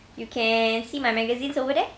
you can see my magazines over there